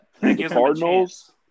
Cardinals